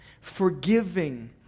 forgiving